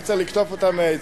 רק צריך לקטוף אותם מהעצים...